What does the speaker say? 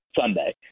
Sunday